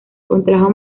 contrajo